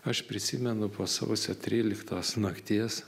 aš prisimenu po sausio tryliktos nakties